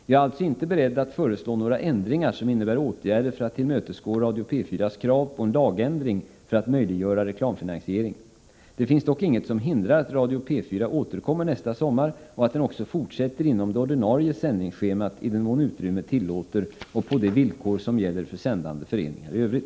Jag är alltså inte beredd att föreslå några ändringar, som innebär åtgärder för att tillmötesgå Radio P 4:s krav på en lagändring för att möjliggöra reklamfinansiering. Det finns dock inget som hindrar att Radio P4 återkommer nästa sommar och att den också fortsätter inom det ordinarie sändningsschemat i den mån utrymmet tillåter och på de villkor som gäller för sändande föreningar i övrigt.